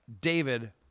David